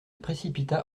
précipita